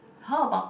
how about